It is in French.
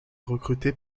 recruté